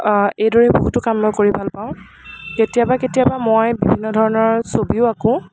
এইদৰে বহুতো কাম মই কৰি ভালপাওঁ কেতিয়াবা কেতিয়াবা মই বিভিন্ন ধৰণৰ ছবিও আকোঁ